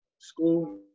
school